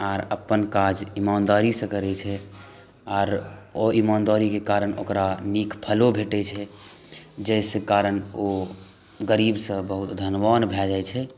आर अपन काज ईमानदारीसँ करै छै आर ओ ईमानदारीके कारण ओकरा नीक फलो भेटै छै जाहिके कारण ओ गरीबसँ बहुत धनवान भए जाइ छै